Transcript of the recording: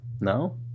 no